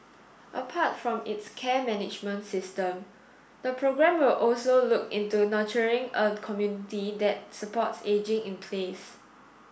apart from its care management system the programme will also look into nurturing a community that supports ageing in place